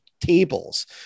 tables